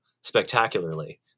spectacularly